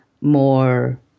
more